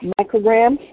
micrograms